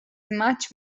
much